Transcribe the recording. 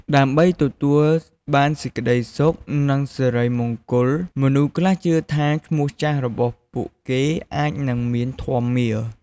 ដើម្បីទទួលបានសេចក្តីសុខ និងសិរីមង្គល មនុស្សខ្លះជឿថាឈ្មោះចាស់របស់ពួកគេ អាចនឹងមាន "ធម្យមារ" ។